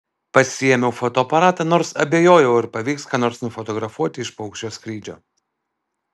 pasiėmiau fotoaparatą nors abejojau ar pavyks ką nors nufotografuoti iš paukščio skrydžio